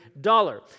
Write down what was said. dollar